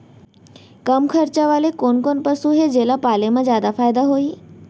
कम खरचा वाले कोन कोन पसु हे जेला पाले म जादा फायदा होही?